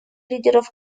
лидеров